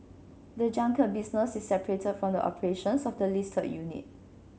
the junket business is separate from the operations of the listed unit